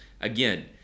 again